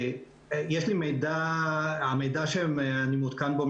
המידע שאני מעודכן בו,